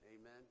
Amen